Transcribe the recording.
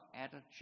attitude